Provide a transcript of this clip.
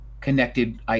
connected